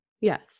Yes